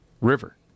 river